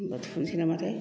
बाव थुनसै नामा थाय